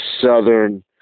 southern